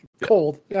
cold